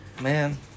Man